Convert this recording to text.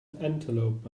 antelope